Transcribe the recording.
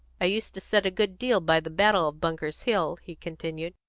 i used to set a good deal by the battle of bunker's hill, he continued.